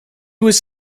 was